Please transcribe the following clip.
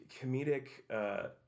comedic